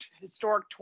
historic